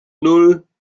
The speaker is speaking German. nan